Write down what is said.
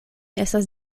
estas